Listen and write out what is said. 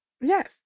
Yes